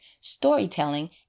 storytelling